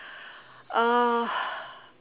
uh